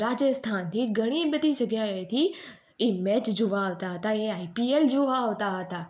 રાજસ્થાનથી ઘણી બધી જગ્યાએથી એ મેચ જોવા આવતા હતા એ આઈપીએલ જોવા આવતા હતા